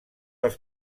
els